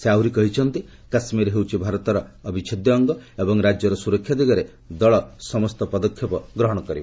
ସେ କହିଛନ୍ତି କାଶ୍ମୀର ହେଉଛି ଭାରତର ଅବିଚ୍ଛେଦ୍ୟ ଅଙ୍ଗ ଏବଂ ରାଜ୍ୟର ସୁରକ୍ଷା ଦିଗରେ ଦଳ ସମସ୍ତ ପଦକ୍ଷେପ ନେବ